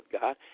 God